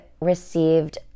received